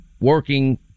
working